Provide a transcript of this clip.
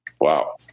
wow